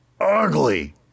ugly